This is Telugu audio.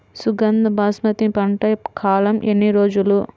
సుగంధ బాస్మతి పంట కాలం ఎన్ని రోజులు?